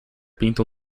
pinta